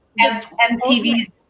mtv's